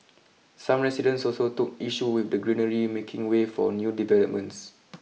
some residents also took issue with the greenery making way for new developments